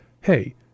hey